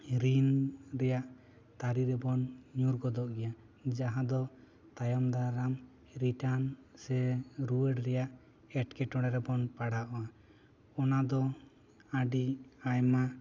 ᱨᱤᱱ ᱨᱮᱭᱟᱜ ᱫᱟᱨᱮ ᱨᱮᱵᱚᱱ ᱧᱩᱨ ᱜᱚᱫᱚᱜ ᱜᱮᱭᱟ ᱡᱟᱦᱟᱸ ᱫᱚ ᱛᱟᱭᱚᱢ ᱫᱟᱨᱟᱢ ᱨᱤᱴᱟᱨᱱ ᱥᱮ ᱨᱩᱣᱟᱹᱲ ᱨᱮᱭᱟᱜ ᱮᱴᱠᱮᱴᱚᱬᱮ ᱨᱮᱵᱚᱱ ᱯᱟᱲᱟᱜ ᱟ ᱚᱱᱟ ᱫᱚ ᱟᱹᱰᱤ ᱟᱭᱢᱟ